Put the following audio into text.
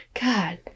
God